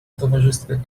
towarzystwie